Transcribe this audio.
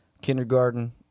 kindergarten